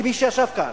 כמי שישב כאן,